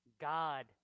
god